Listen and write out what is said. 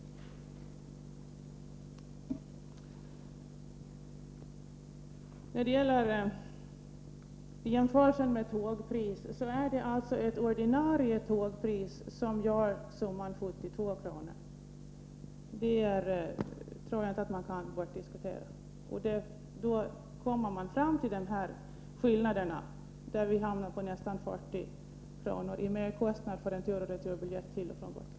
När det sedan gäller jämförelsen med tågpriser är det ett ordinarie tågpris som ger summan 72 kr. Det tror jag inte kan bortdiskuteras. Då kommer man fram till de här skillnaderna, där vi hamnar på nästan 40 kr. i merkostnad för en tur och retur-biljett till och från Gotland.